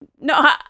no